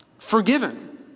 forgiven